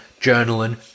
journaling